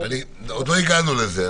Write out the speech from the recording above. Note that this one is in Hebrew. עוד לא הגענו לזה.